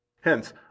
Hence